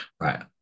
right